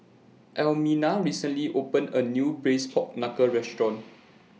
Almina recently opened A New Braised Pork Knuckle Restaurant